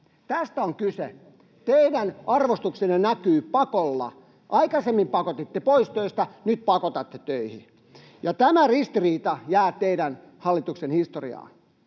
Tästä on kyse. Teidän arvostuksenne näkyy pakolla. [Vasemmalta: Ei, ei!] Aikaisemmin pakotitte pois töistä, nyt pakotatte töihin. Tämä ristiriita jää teidän hallituksen historiaan.